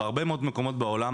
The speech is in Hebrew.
בהרבה מאוד מקומות בעולם,